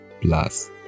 plus